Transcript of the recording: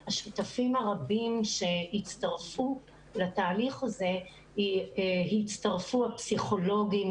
השותפים הרבים שהצטרפו לתהליך הזה הצטרפו הפסיכולוגים,